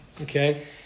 okay